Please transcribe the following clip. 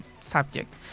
subject